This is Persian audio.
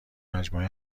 مجموعه